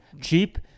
Cheap